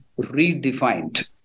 redefined